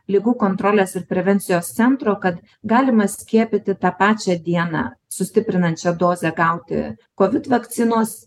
ligų kontrolės ir prevencijos centro kad galima skiepyti tą pačią dieną sustiprinančią dozę gauti kovid vakcinos